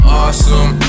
awesome